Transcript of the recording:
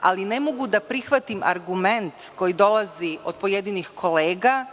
ali ne mogu da prihvatim argument koji dolazi od pojedinih kolega